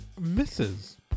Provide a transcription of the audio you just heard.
Misses